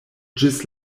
ĝis